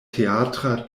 teatra